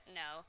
no